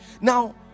now